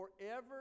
forever